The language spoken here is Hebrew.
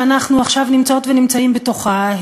שאנחנו עכשיו נמצאות ונמצאים בתוכה,